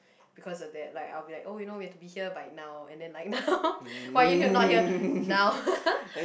because of that like I'll be like oh you know we have to be here by now and then like now why are you here not here now